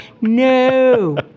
No